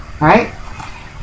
right